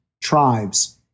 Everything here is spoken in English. tribes